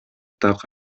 так